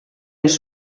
les